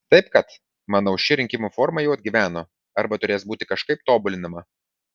taip kad manau ši rinkimų forma jau atgyveno arba turės būti kažkaip tobulinama